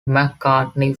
mccartney